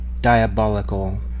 diabolical